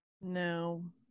no